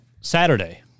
Saturday